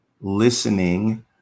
listening